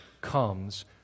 comes